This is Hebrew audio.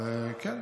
כן,